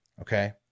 Okay